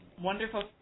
Wonderful